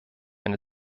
eine